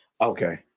Okay